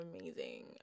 amazing